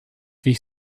wich